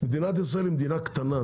מדינת ישראל היא מדינה קטנה,